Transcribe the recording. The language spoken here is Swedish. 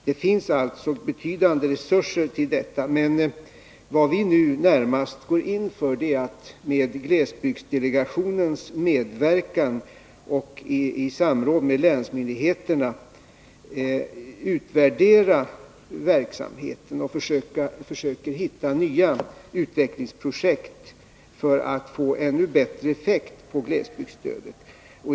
Det finns alltså betydande resurser för detta ändamål, men vad vi nu närmast går in för är att med glesbygdsdelegationens medverkan och i samråd med länsmyndigheterna utvärdera verksamheten. Vi försöker hitta nya utvecklingsprojekt för att få ännu bättre effekt på glesbygdsstödet.